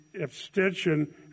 abstention